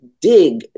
dig